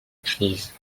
crise